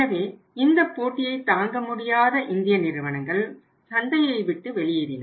எனவே இந்த போட்டியை தாங்கமுடியாத இந்திய நிறுவனங்கள் சந்தையை விட்டு வெளியேறின